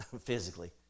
physically